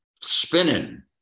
spinning